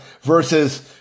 versus